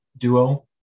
duo